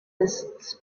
his